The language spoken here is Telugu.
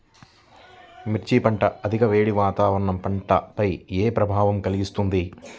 మిర్చి పంట అధిక వేడి వాతావరణం పంటపై ఏ ప్రభావం కలిగిస్తుంది?